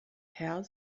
herr